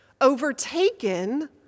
Overtaken